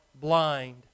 blind